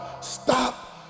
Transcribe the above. stop